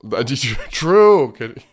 True